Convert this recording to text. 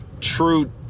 true